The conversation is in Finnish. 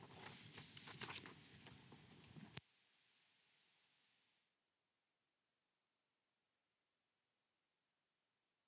Kiitos